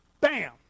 Bam